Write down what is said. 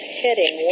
heading